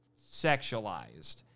sexualized